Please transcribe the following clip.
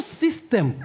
system